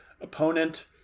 opponent